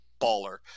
baller